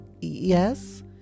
Yes